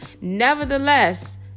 nevertheless